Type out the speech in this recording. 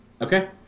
Okay